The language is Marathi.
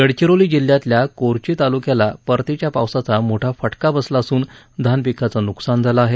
गडचिरोली जिल्ह्यातल्या कोरची तालुक्याला परतीच्या पावसाचा मोठा फटका बसला असून धानपिकाचं नुकसान झालं आहे